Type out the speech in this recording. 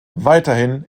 weiterhin